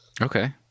Okay